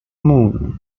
moon